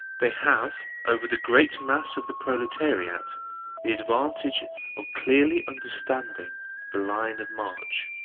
they have over the great mass of the proletariat the advantage of clearly understanding the line of march,